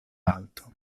alto